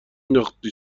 نداختی